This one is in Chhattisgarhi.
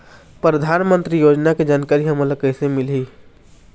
परधानमंतरी योजना के जानकारी हमन ल कइसे मिलही?